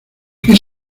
qué